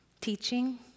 teaching